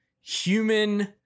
human